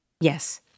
Yes